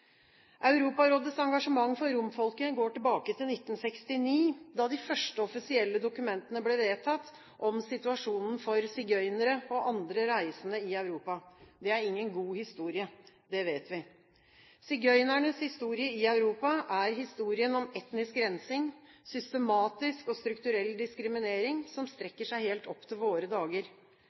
Europarådets engasjement for romfolket går tilbake til 1969, da de første offisielle dokumentene ble vedtatt om situasjonen for sigøynere og andre reisende i Europa. Det er ingen god historie – det vet vi. Sigøynernes historie i Europa er historien om etnisk rensing, systematisk og strukturell diskriminering, som strekker seg helt opp til våre dager.